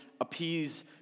appease